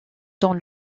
dans